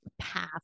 path